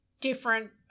different